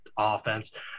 offense